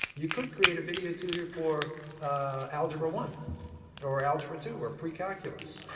you could create a video tutor for algebra one or algebra two or pre-calculus,